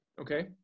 Okay